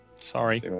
sorry